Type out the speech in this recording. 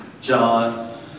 John